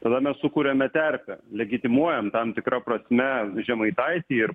tada mes sukuriame terpę legitimuojant tam tikra prasme žemaitaitį ir